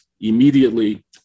immediately